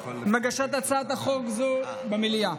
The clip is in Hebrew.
עם הגשת הצעת חוק זו במליאה,